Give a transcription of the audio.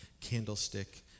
candlestick